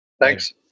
thanks